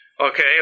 okay